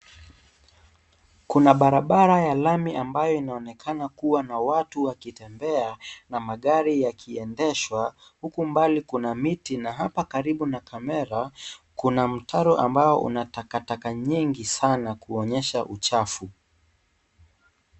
Kuna barabara ya lami ambayo ina watu wanaonekana kutembea huku magari yakiendeshwa. Huko mbali kuna miti na hapa karibu na kamera kuna mtaro iliyo na takataka nyingi sana kuonyesha uchafu.